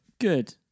Good